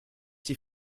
die